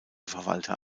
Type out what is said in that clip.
verwalter